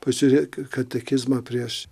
pažiūrėk į katekizmą prieš